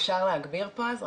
אפשר להגביר פה אז?